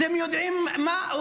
אתם יודעים מה,